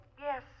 Yes